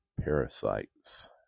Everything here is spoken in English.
parasites